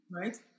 right